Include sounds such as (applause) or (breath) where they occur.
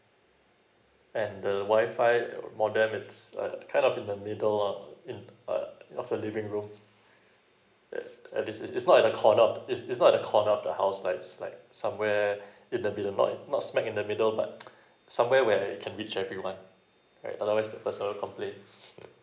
and the WI-FI modem it's uh kind of in the middle of in a of the living room the uh this is it's not at the corner it's it's not at the corner of the house like it's like somewhere (breath) in the middle not not smack in the middle lah (breath) somewhere where it can reach everyone right and I'm always the first one to complain (laughs)